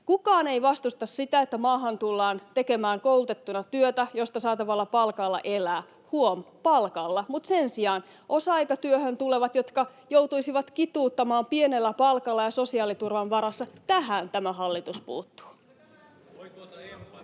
Kukaan ei vastusta sitä, että maahan tullaan koulutettuna tekemään työtä, josta saatavalla palkalla elää — huom. palkalla — mutta sen sijaan osa-aikatyöhön tuleviin, jotka joutuisivat kituuttamaan pienellä palkalla ja sosiaaliturvan varassa, tämä hallitus puuttuu.